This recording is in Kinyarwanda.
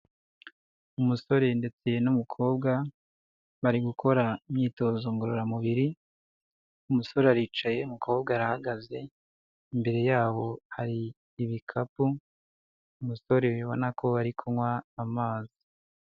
Umusore ndetse n'umukobwa bari gukora imyitozo ngororamubiri. Umusore aricaye, umukobwa arahagaze. Imbere yabo hari ibikapu, umusore ubona ko bari kunywa amazi.